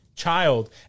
Child